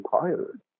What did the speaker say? tired